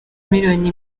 miliyoni